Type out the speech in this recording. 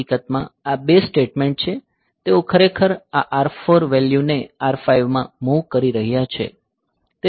હકીકતમાં આ બે સ્ટેટમેન્ટ છે તેઓ ખરેખર આ R4 વેલ્યૂને R5 માં મૂવ કરી રહ્યા છે